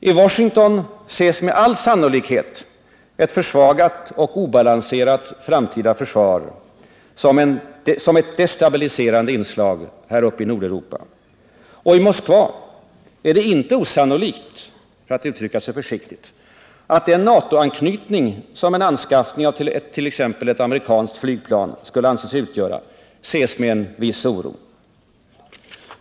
I Washington ses med all sannolikhet ett försvagat och obalanserat framtida svenskt försvar som ett destabiliserande inslag i Nordeuropa. Och i Moskva är det inte osannolikt, för att uttrycka sig försiktigt, att den NATO-anknytning som en anskaffning av t.ex. amerikanska flygplan skulle anses utgöra, ses med viss oro.